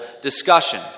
discussion